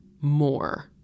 more